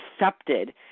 accepted